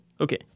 okay